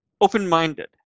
open-minded